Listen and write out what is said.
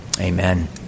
Amen